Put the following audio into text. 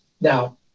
Now